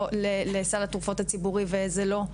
איזו תרופה מכניסים לסל התרופות הציבורי ואיזה לא.